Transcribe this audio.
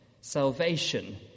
Salvation